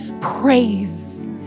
praise